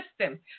system